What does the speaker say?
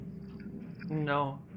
No